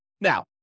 Now